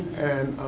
and